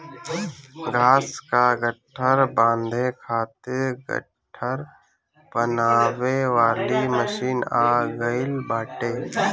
घाँस कअ गट्ठर बांधे खातिर गट्ठर बनावे वाली मशीन आ गइल बाटे